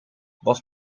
was